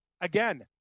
Again